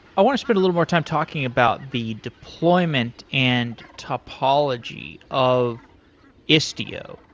i want to spend a little more time talking about the deployment and topology of istio.